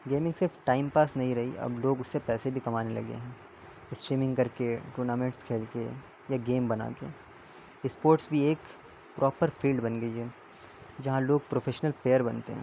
gaming صرف time pass نہیں رہی اب لوگ اس سے پیسے بھی کمانے لگے ہیں اسٹریمنگ کر کے ٹورنامنٹس کھیل کے یا گیم بنا کے اسپورٹس بھی ایک پراپر فیلڈ بن گئی ہے جہاں لوگ پروفیشنل پلیئر بنتے ہیں